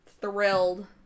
thrilled